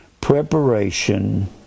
preparation